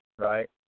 right